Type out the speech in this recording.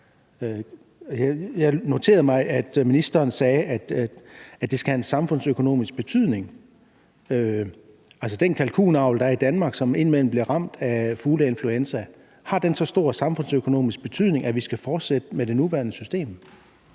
Jeg noterede mig, at ministeren sagde, at det skal have en samfundsøkonomisk betydning. Altså, har den kalkunavl, der er i Danmark, og som indimellem bliver ramt af fugleinfluenza, så stor samfundsøkonomisk betydning, at vi skal fortsætte med det nuværende system?